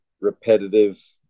repetitive